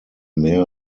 mehr